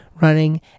running